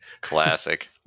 Classic